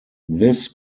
this